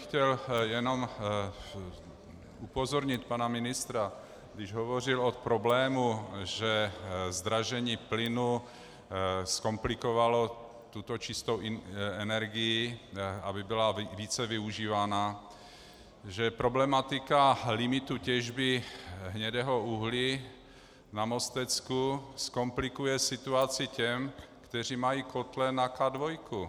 Chtěl bych jenom upozornit pana ministra, když hovořil o problému, že zdražení plynu zkomplikovalo tuto čistou energii, aby byla více využívána, že problematika limitů těžby hnědého uhlí na Mostecku zkomplikuje situaci těm, kteří mají kotle na K2.